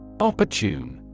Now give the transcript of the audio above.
Opportune